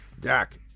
Dak